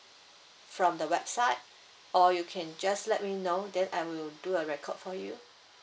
from the website or you can just let me know then I will do a record for you